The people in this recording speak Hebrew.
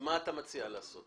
אז מה אתה מציע לעשות?